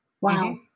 Wow